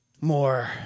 more